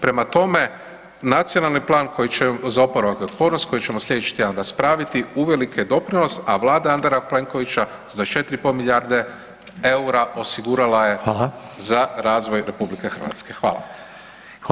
Prema tome, nacionalni plan koji će, za oporavak i otpornost koji ćemo slijedeći tjedan raspraviti uvelike je doprinos, a Vlada Andreja Plenkovića s 24 i pol milijarde EUR-a osigurala je [[Upadica: Hvala.]] za razvoj RH.